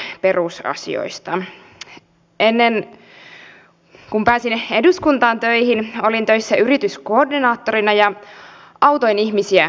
ennen kuin pääsin eduskuntaan töihin olin töissä yrityskoordinaattorina ja autoin ihmisiä työllistymään